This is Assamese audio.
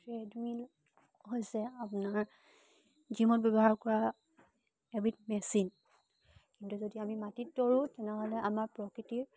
ট্ৰেডিমিল হৈছে আপোনাৰ জীমত ব্যৱহাৰ কৰা এবিধ মেচিন কিন্তু যদি আমি মাটিত দৌৰোঁ তেতিয়াহ'লে আমাৰ প্ৰকৃতিৰ